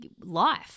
life